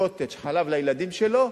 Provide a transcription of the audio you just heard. "קוטג'" וחלב לילדים שלו,